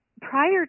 Prior